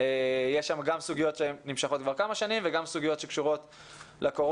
יש שם גם סוגיות שנמשכות כבר כמה שנים וגם סוגיות שקשורות לקורונה.